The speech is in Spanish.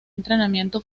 entrenamiento